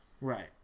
Right